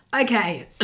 Okay